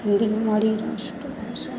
हिन्दी हमारी राष्ट्रभाषा है